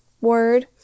word